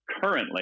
currently